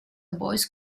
voice